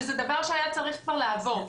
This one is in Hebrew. שזה דבר שהיה צריך כבר לעבור.